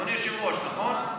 אדוני היושב-ראש, נכון?